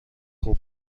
خوب